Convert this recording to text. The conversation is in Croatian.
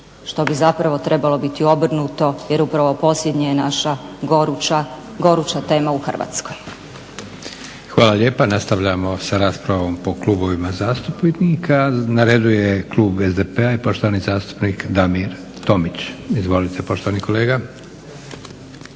što bi zapravo trebalo biti obrnuto jer upravo …/Govornik se ne razumije./… je naša goruća tema u Hrvatskoj. **Leko, Josip (SDP)** Hvala lijepa. Nastavljamo sa raspravom po klubovima zastupnika. Na redu je klub SDP-a i poštovani zastupnik Damir Tomić. Izvolite poštovani kolega.